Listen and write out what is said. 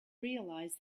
realise